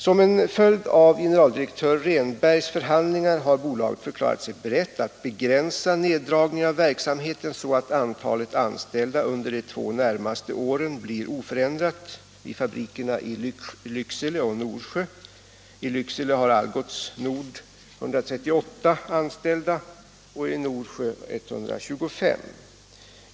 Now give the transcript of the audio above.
Som en följd av generaldirektör Rehnbergs förhandlingar har bolaget förklarat sig berett att begränsa neddragningen av verksamheten, så att antalet anställda under de två närmaste åren blir oförändrat vid fabrikerna i Lycksele och Norsjö. I Lycksele har Algots Nord 138 anställda och i Norsjö 125 anställda.